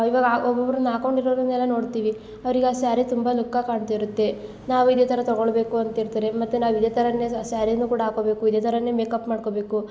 ಇವಾಗ ಒಬ್ಬೊಬ್ಬರನ್ನ ಹಾಕೊಂಡು ಇರೋರನ್ನೆಲ್ಲ ನೋಡ್ತೀವಿ ಅವ್ರಿಗೆ ಆ ಸ್ಯಾರಿ ತುಂಬ ಲುಕ್ ಆಗಿ ಕಾಣ್ತಿರುತ್ತೆ ನಾವು ಇದೇ ಥರ ತಗೊಳ್ಬೇಕು ಅಂತ ಇರ್ತಾರೆ ಮತ್ತು ನಾವು ಇದೆ ಥರನೆ ಆ ಸ್ಯಾರಿನು ಕೂಡ ಹಾಕೊಬೇಕು ಇದೆ ಥರನೆ ಮೇಕಪ್ ಮಾಡ್ಕೊಬೇಕು